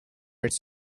its